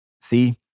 see